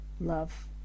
love